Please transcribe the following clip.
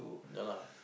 ya lah